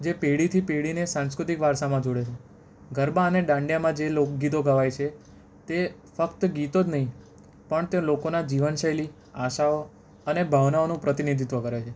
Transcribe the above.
જે પેઢીથી પેઢીને સાંસ્કૃતિક વારસામાં જોડે છે ગરબા અને ડાંડિયામાં જે લોકગીતો ગવાય છે તે ફક્ત ગીતો જ નહિ પણ તે લોકોના જીવનશૈલી આશાઓ અને ભાવનાઓનું પ્રતિનિધિત્વ કરે છે